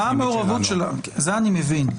זה אני מבין.